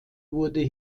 wurde